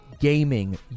gaming